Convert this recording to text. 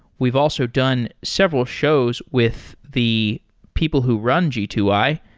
we've also done several shows with the people who run g two i,